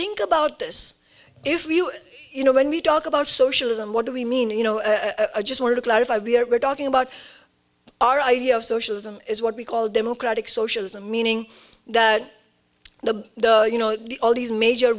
think about this if we you know when we talk about socialism what do we mean you know i just want to clarify we are talking about our idea of socialism is what we call democratic socialism meaning that the you know all these major